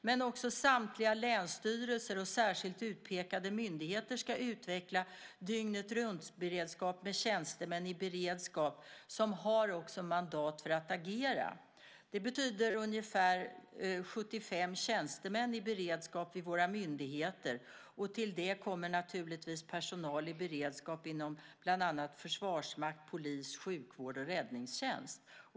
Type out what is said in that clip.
Men också samtliga länsstyrelser och särskilt utpekade myndigheter ska utveckla dygnet-runt-beredskap med tjänstemän i beredskap som också har mandat att agera. Det betyder ungefär 75 tjänstemän i beredskap vid våra myndigheter, och till det kommer naturligtvis personal i beredskap inom bland annat försvarsmakt, polis, sjukvård och räddningstjänst.